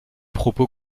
propos